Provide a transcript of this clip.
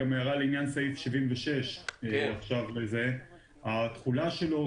הערה גם לעניין סעיף 76. התחולה שלו,